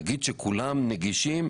להגיד שכולם נגישים,